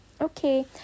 okay